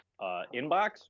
inbox